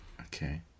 okay